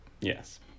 Yes